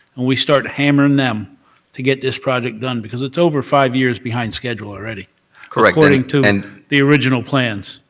and we start hammering them to get this project done, because it's over five years behind schedule already correct. according to and the original plans.